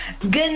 Good